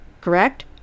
Correct